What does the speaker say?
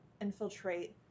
infiltrate